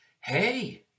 hey